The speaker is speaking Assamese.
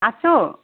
আছোঁ